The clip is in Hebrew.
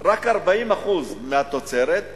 רק 40% ממחיר התוצרת,